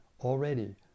already